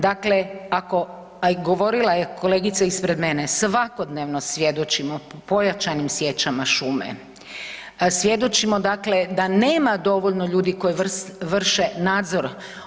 Dakle, ako, a i govorila je kolegica ispred mene, svakodnevno svjedočimo pojačanim sječama šume, svjedočimo dakle da nema dovoljno ljudi koji vrše nadzor.